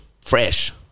fresh